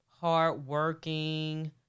hardworking